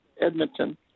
Edmonton